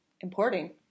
importing